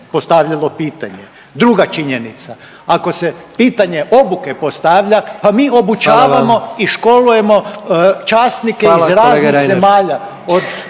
postavljalo pitanje. Druga činjenica, ako se pitanje obuke postavlja, pa .../Upadica: Hvala vam./... mi obučavamo i školujemo časnike iz raznih zemalja,